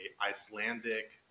Icelandic